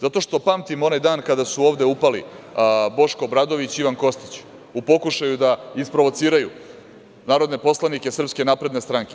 Zato što pamtim onaj dan kada su ovde upali Boško Obradović i Ivan Kostić u pokušaju da isprovociraju narodne poslanike SNS.